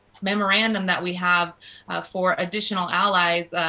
memorandum that we have for additional allies,